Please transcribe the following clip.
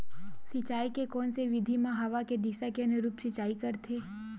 सिंचाई के कोन से विधि म हवा के दिशा के अनुरूप सिंचाई करथे?